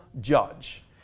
judge